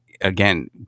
again